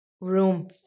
room